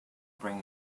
bring